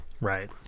right